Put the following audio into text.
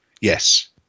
yes